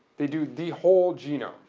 they do the whole genome.